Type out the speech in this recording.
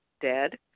dead